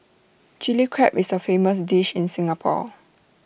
Chilli Crab is A famous dish in Singapore